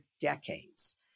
decades